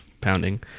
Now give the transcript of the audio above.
pounding